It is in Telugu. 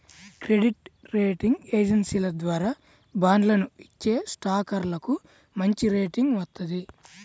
క్రెడిట్ రేటింగ్ ఏజెన్సీల ద్వారా బాండ్లను ఇచ్చేస్టాక్లకు మంచిరేటింగ్ వత్తది